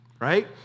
right